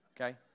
Okay